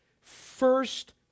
first